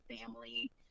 family